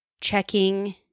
checking